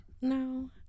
No